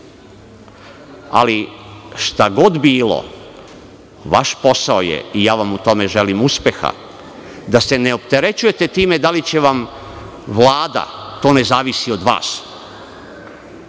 Ali, šta god bilo, vaš posao je, i ja vam u tome želim uspeha, da se ne opterećujete time da li će vam Vlada, to ne zavisi od vas.